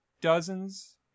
dozens